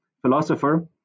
philosopher